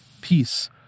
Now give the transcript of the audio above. peace